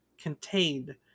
contained